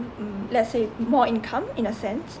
mm let's say more income in a sense